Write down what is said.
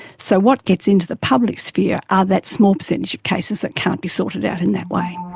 so what gets into the public sphere are that small percentage of cases that can't be sorted out in that way.